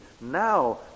now